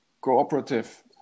cooperative